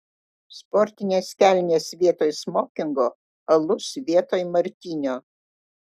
sportinės kelnės vietoj smokingo alus vietoj martinio